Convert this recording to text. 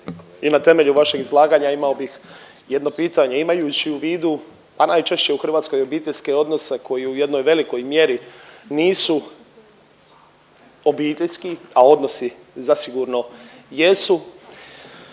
i na temelju vašeg izlaganja imao bih jedno pitanje. Imajući u vidu, a najčešće u Hrvatskoj obiteljske odnose koji u jednoj velikoj mjeri nisu obiteljski, a odnosi zasigurno jesu,